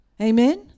Amen